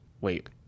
Wait